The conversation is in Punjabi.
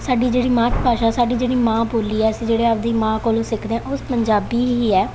ਸਾਡੀ ਜਿਹੜੀ ਮਾਤ ਭਾਸ਼ਾ ਸਾਡੀ ਜਿਹੜੀ ਮਾਂ ਬੋਲੀ ਹੈ ਅਸੀਂ ਜਿਹੜੇ ਆਪਦੀ ਮਾਂ ਕੋਲੋਂ ਸਿੱਖਦੇ ਹਾਂ ਉਸ ਪੰਜਾਬੀ ਹੀ ਹੈ